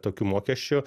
tokiu mokesčiu